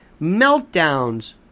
meltdowns